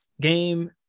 game